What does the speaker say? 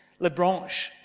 Lebranche